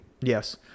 yes